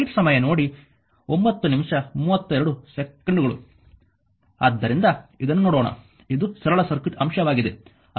ಆದ್ದರಿಂದ ಇದನ್ನು ನೋಡೋಣ ಇದು ಸರಳ ಸರ್ಕ್ಯೂಟ್ ಅಂಶವಾಗಿದೆ